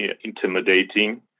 intimidating